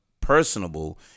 personable